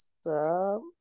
Stop